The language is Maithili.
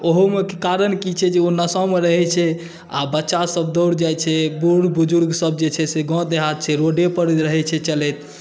ओहोमे कारण की छै जे ओ नशामे रहै छै आ बच्चासभ दौड़ जाइ छै बुढ़ बुजुर्गसभ जे छै से गाँव देहात छै ओ रोडे पर रहै छै चलैत